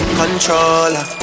controller